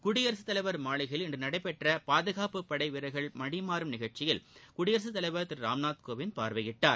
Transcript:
குடியரசுத் தலைவர் மாளிகையில் இன்று நடைபெற்ற பாதுகாப்பு படை வீரர்கள் பணி மாறும் நிஷழ்ச்சியில் குடியரசுத் தலைவர் திரு ராம்நாத் கோவிந்த் பார்வையிட்டார்